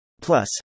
Plus